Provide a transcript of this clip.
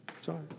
Sorry